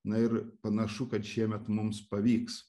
na ir panašu kad šiemet mums pavyks